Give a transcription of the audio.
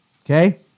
Okay